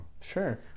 sure